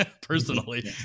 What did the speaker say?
personally